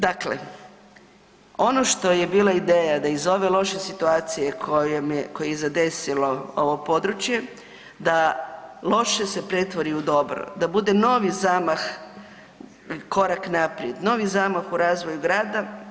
Dakle, ono što je bila ideja da iz ove loše situacije koje je zadesilo ovo područje da loše se pretvori u dobro, da bude novi zamah i korak naprijed, novi zamah u razvoju grada.